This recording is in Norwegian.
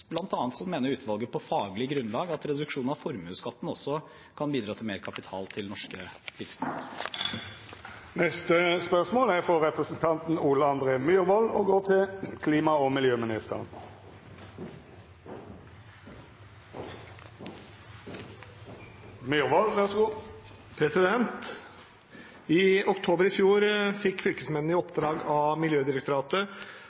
mener utvalget på faglig grunnlag at reduksjonen av formuesskatten også kan bidra til mer kapital til norske virksomheter. Dette spørsmålet er trekt tilbake. «I oktober i fjor fikk fylkesmennene i oppdrag av Miljødirektoratet å identifisere mulige områder som kan være aktuelle for supplerende vern, med frist 1. februar i